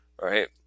right